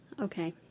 okay